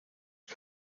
que